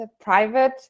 private